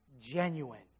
genuine